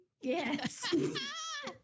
Yes